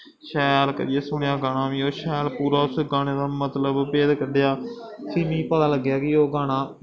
शैल करियै सुनेआ गाना मीं ओह् शैल पूरा उस गाने दा मतलब कड्डेआ फ्ही मिगी पता लग्गेआ कि ओह् गाना